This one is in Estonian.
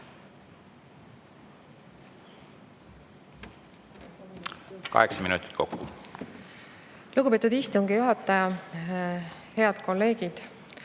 minutit kokku. Lugupeetud istungi juhataja! Head kolleegid!